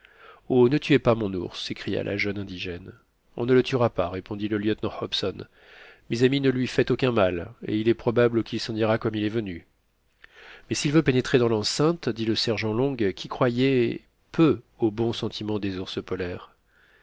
ne tuez pas mon ours s'écria la jeune indigène on ne le tuera pas répondit le lieutenant hobson mes amis ne lui faites aucun mal et il est probable qu'il s'en ira comme il est venu mais s'il veut pénétrer dans l'enceinte dit le sergent long qui croyait peu aux bons sentiments des ours polaires